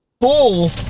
Bull